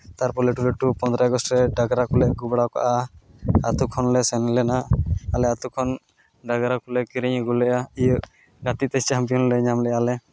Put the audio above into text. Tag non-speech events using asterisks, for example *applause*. ᱛᱟᱨᱯᱚᱨᱮ ᱞᱟᱹᱴᱩ ᱞᱟᱹᱴᱩ ᱯᱚᱸᱫᱽᱨᱚᱭ ᱟᱜᱚᱥᱴ ᱨᱮ ᱰᱟᱸᱜᱽᱨᱟ ᱠᱚᱞᱮ ᱟᱹᱜᱩ ᱵᱟᱲᱟᱣ ᱠᱟᱜᱼᱟ ᱟᱛᱳ ᱠᱷᱚᱱ ᱞᱮ ᱥᱮᱱ ᱞᱮᱱᱟ ᱟᱞᱮ ᱟᱛᱳ ᱠᱷᱚᱱ ᱰᱟᱸᱜᱽᱨᱟ ᱠᱚᱞᱮ ᱠᱤᱨᱤᱧ ᱟᱹᱜᱩ ᱞᱮᱜᱼᱟ ᱤᱭᱟᱹ ᱜᱟᱛᱮ ᱛᱮ *unintelligible* ᱧᱟᱢ ᱞᱮᱜᱼᱟ ᱞᱮ